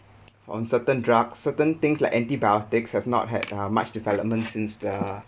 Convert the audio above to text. on certain drug certain things like antibiotics have not had uh much development since the